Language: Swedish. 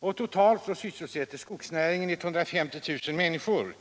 Totalt sysselsätter skogsnäringen 150 000 människor.